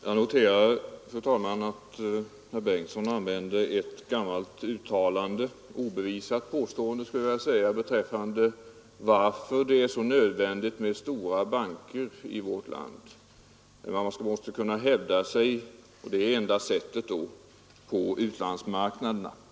Jag noterar, fru talman, att herr Bengtsson i Landskrona använde ett gammalt uttalande — t.o.m. ett obevisat påstående, skulle jag vilja säga — när han angav skälen till att det är så nödvändigt med stora banker i vårt land, nämligen att man måste kunna hävda sig på utlandsmarknaderna och att detta är det enda sättet att göra det.